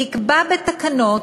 תקבע בתקנות